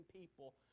people